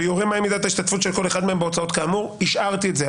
ויורה מהי מידת ההשתתפות של כל אחד מהם בהוצאות כאמור" השארתי את זה.